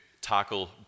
tackle